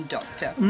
Doctor